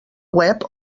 web